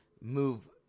move